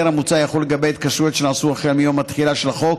ההסדר המוצע יחול לגבי התקשרויות שנעשו החל מיום התחילה של החוק,